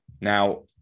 Now